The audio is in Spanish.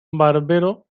barbero